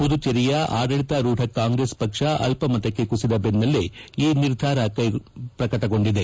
ಪುದುಚೇರಿಯ ಆಡಳಿತಾರೂಢ ಕಾಂಗ್ರೆಸ್ ಪಕ್ಷ ಅಲ್ಪಮತಕ್ಕೆ ಕುಸಿದ ಬೆನ್ನಲ್ಲೇ ಈ ನಿರ್ಧಾರ ಪ್ರಕಟಗೊಂಡಿದೆ